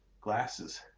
glasses